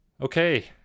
Okay